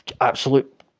absolute